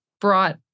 brought